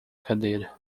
cadeira